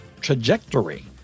trajectory